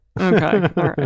Okay